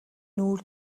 нүүр